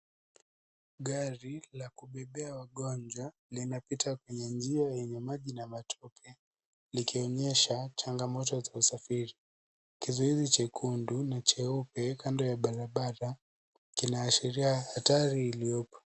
Gari la kubebea wagonjwa limepita kwenye njia yenye maji na matope, likionyesha changamoto za usafiri. Kizuizi chekundu na cheupe kando ya barabara kinashiria hatari iliyopo.